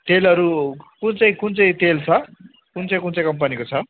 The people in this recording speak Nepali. तेलहरू कुन चाहिँ कुन चाहिँ तेल छ कुन चाहिँ कुन चाहिँ कम्पनीको छ